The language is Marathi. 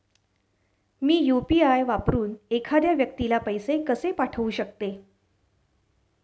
मी यु.पी.आय वापरून एखाद्या व्यक्तीला पैसे कसे पाठवू शकते?